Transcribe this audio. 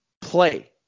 play